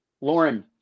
Lauren